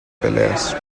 peleas